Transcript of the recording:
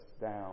down